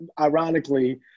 Ironically